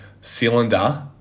cylinder